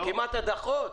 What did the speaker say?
כמעט הדחות.